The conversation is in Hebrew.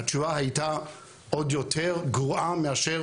התשובה הייתה עוד יותר גרועה מאשר